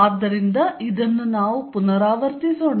ಆದ್ದರಿಂದ ಇದನ್ನು ನಾವು ಪುನರಾವರ್ತಿಸೋಣ